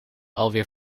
alweer